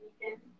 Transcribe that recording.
weekend